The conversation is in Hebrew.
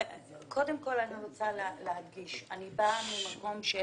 קודם כל, אני רוצה להדגיש שאני באה ממקום של